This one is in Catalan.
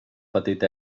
petit